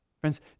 Friends